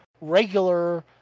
regular